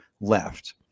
left